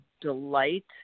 delight